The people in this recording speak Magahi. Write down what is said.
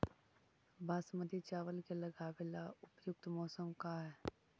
बासमती चावल के लगावे ला उपयुक्त मौसम का है?